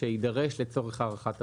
שיידרש לצורך הארכת הרישיון?